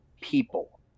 people